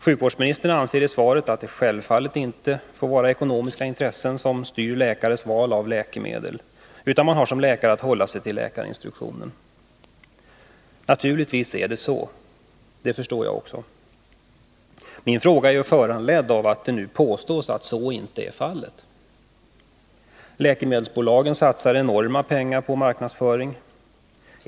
Sjukvårdsministern säger i svaret att ekonomiska intressen självfallet inte får styra läkares val av läkemedel utan att man som läkare har att hålla sig till läkarinstruktionen. Naturligtvis är det så. Det förstår jag också. Men min fråga är ju föranledd av att det nu påstås att så inte är fallet. Läkemedelsbolagen satsar enorma pengar på marknadsföring.